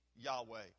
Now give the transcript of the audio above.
Yahweh